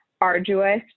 arduous